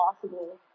possible